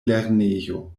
lernejo